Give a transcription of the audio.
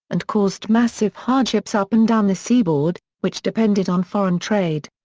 and caused massive hardships up and down the seaboard, which depended on foreign trade.